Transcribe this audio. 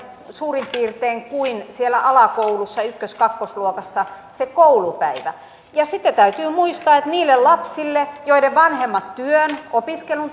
suurin piirtein samanmittainen kuin siellä alakoulussa ykkös ja kakkosluokassa se koulupäivä ja sitten täytyy muistaa että niille lapsille joiden vanhemmat työn opiskelun